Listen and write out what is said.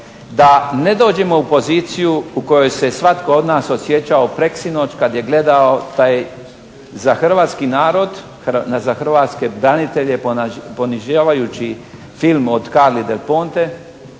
da ne dođemo u poziciji u kojoj se svatko od nas osjećao preksinoć kad je gledao taj za hrvatski narod, za hrvatske branitelje ponižavajući film o Carli del Ponte.